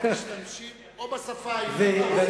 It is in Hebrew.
אנחנו משתמשים או בשפה העברית או בשפה,